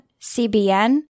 CBN